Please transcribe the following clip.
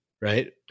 right